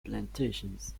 plantations